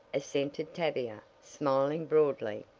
assented tavia, smiling broadly.